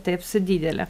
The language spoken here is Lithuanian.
taip su didele